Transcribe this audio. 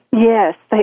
Yes